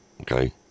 okay